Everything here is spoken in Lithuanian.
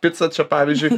pica čia pavyzdžiui